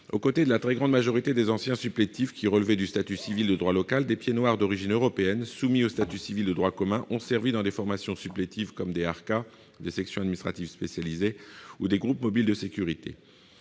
Au côté de la très grande majorité des anciens supplétifs, qui relevaient du statut civil de droit local, des pieds noirs d'origine européenne, soumis au statut civil de droit commun, ont servi dans des formations supplétives comme des harkas, des sections administratives spécialisées ou des groupes mobiles de sécurité.